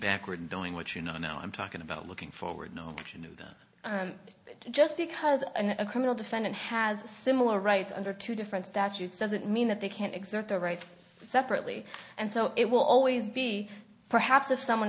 backward knowing what you know now i'm talking about looking forward no question that just because a criminal defendant has a similar rights under two different statutes doesn't mean that they can exert their rights separately and so it will always be perhaps if someone